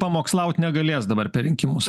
pamokslaut negalės dabar per rinkimus